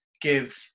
give